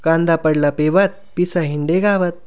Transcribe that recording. कांदा पडला पेवात पिसा हिंडे गावात